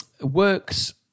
works